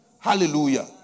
Hallelujah